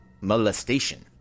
molestation